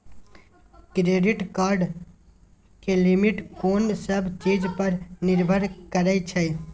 Credit card के limit कोन सब चीज पर निर्भर करै छै?